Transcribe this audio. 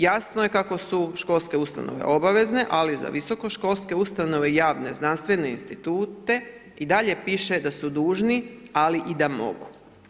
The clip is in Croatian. Jasno je kako su školske obavezne ali za visokoškolske ustanove i javne, znanstvene institute i dalje piše da su dužni ali i da mogu.